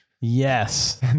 yes